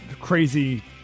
crazy